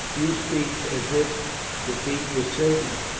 you speak as if defeat were certain,